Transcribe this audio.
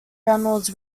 reynolds